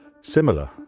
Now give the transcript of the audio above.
similar